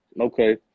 okay